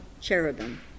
cherubim